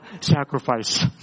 sacrifice